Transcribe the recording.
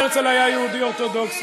לא בטוח שהרצל היה יהודי אורתודוקסי.